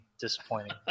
Disappointing